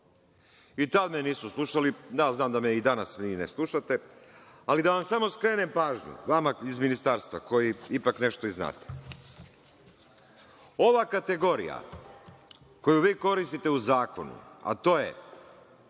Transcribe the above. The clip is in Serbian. I tad me nisu slušali, a znam da me i danas vi ne slušate, ali da vam samo skrenem pažnju, vama iz Ministarstva koji ipak nešto i znate. Ova kategorija koju vi koristite u zakonu, a to je